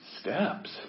steps